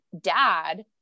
dad